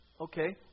okay